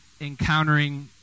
encountering